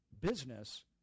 business